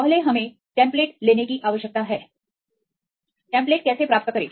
पहले हमें टेम्पलेट लेने की आवश्यकता है टेम्प्लेट कैसे प्राप्त करें